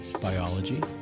biology